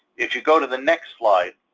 if you go to the next slide.